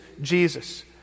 Jesus